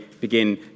begin